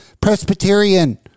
Presbyterian